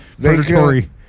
predatory